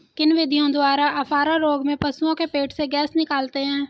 किन विधियों द्वारा अफारा रोग में पशुओं के पेट से गैस निकालते हैं?